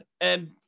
And-